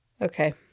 okay